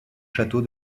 château